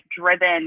driven